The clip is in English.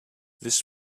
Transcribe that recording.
this